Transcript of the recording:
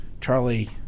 Charlie